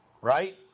right